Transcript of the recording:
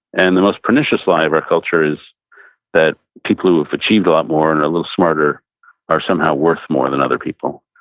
and the most pernicious lie of our culture is that people who have achieved a lot more and are a little smarter are somehow worth more than other people.